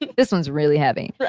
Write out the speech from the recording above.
this one's really heavy!